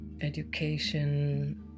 education